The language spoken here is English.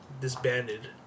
disbanded